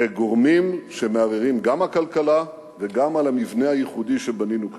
בגורמים שמערערים גם את הכלכלה וגם את המבנה הייחודי שבנינו פה.